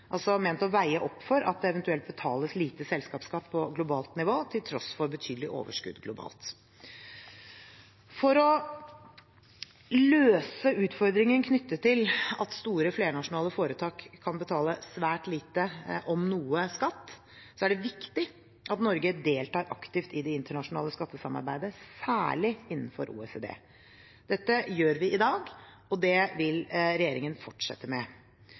altså ment å veie opp for at det eventuelt betales lite selskapsskatt på globalt nivå til tross for betydelige overskudd globalt. For å løse utfordringen knyttet til at store flernasjonale foretak kan betale svært lite – om noe – skatt, er det viktig at Norge deltar aktivt i det internasjonale skattesamarbeidet, særlig innenfor OECD. Dette gjør vi i dag, og det vil regjeringen fortsette med.